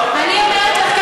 אני אומרת לך,